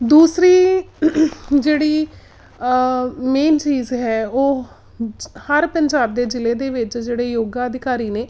ਦੂਸਰੀ ਜਿਹੜੀ ਮੇਨ ਚੀਜ਼ ਹੈ ਉਹ ਜ ਹਰ ਪੰਜਾਬ ਦੇ ਜ਼ਿਲ੍ਹੇ ਦੇ ਵਿੱਚ ਜਿਹੜੇ ਯੋਗਾ ਅਧਿਕਾਰੀ ਨੇ